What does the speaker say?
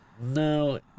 No